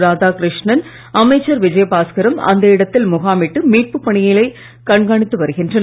ராதாகிருஷ்ணனம் அமைச்சர் விஜயபாஸ்கரும் அந்த இடத்தில் முகாமிட்டு மீட்புப் பணியை கண்காணித்து வருகின்றனர்